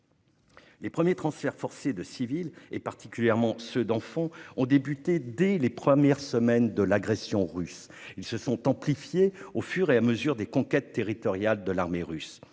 Les premiers transferts forcés de civils, et particulièrement ceux d'enfants, ont débuté dès les premières semaines de l'agression russe ; ils se sont amplifiés au fur et à mesure des conquêtes territoriales. L'ouverture